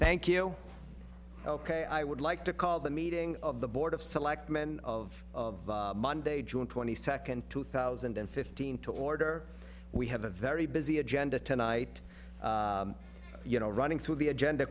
thank you ok i would like to call the meeting of the board of selectmen of monday june twenty second two thousand and fifteen to order we have a very busy agenda tonight you know running through the agenda